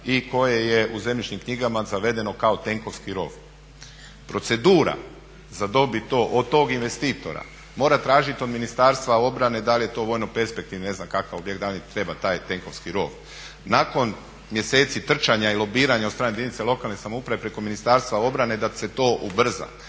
i koja je u zemljišnim knjigama zavedeno kao tenkovski rov. Procedura za dobiti to od tog investitora mora tražiti od Ministarstva obrane da li je to vojno perspektivni, ne znam kakav objekt, da li im treba taj tenkovski rov. Nakon mjeseci trčanja i lobiranja od strane jedinice lokalne samouprave preko Ministarstva obrane da se to ubrza